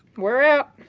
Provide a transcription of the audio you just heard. we're out.